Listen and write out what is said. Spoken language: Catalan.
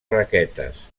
raquetes